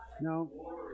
No